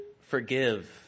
forgive